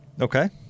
Okay